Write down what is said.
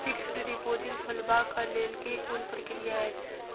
Fixed deposit खोलबाक लेल केँ कुन प्रक्रिया अछि?